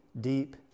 deep